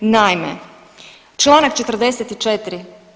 Naime, članak 44.